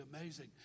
amazing